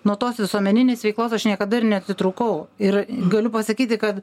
nuo tos visuomeninės veiklos aš niekada ir neatitrūkau ir galiu pasakyti kad